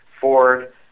Ford